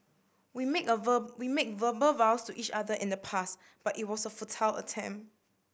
we made a we made verbal vows to each other in the past but it was a futile attempt